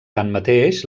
tanmateix